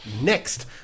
next